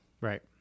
Right